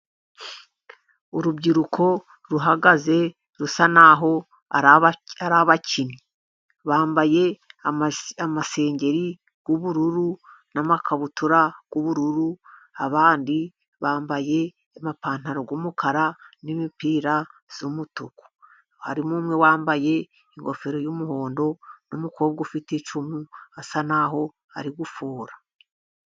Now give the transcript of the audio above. Urubyiruko ruhagaze rusa naho ari abakinnyi bambaye amasengeri y'ubururu n'amakabutura y'ubururu. Abandi bambaye amapantaro y'umukara n'imipira isa umutuku, harimo umwe wambaye ingofero y'umuhondo n'umukobwa ufite icumu asa naho ari gufora.